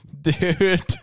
dude